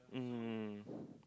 mm